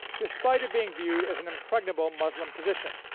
despite it being viewed as an impregnable muslim position.